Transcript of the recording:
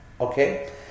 Okay